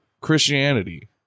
Christianity